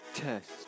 Test